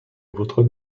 votre